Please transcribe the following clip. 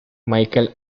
michael